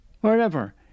wherever